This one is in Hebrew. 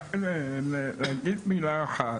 רק להגיד מילה אחת.